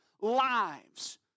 lives